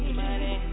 money